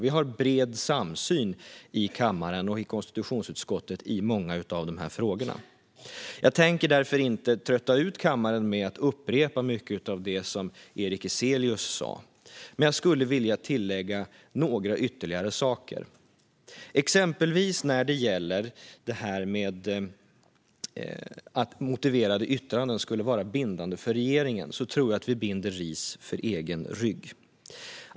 Vi har en bred samsyn i kammaren och i konstitutionsutskottet i många av dessa frågor. Jag tänker därför inte trötta ut kammaren med att upprepa mycket av det som Erik Ezelius sa, men jag skulle vilja tillägga några ytterligare saker. När det gäller till exempel att motiverade yttranden skulle vara bindande för regeringen tror jag att vi binder ris åt egen rygg.